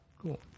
Cool